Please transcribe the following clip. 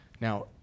Now